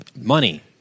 money